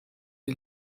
die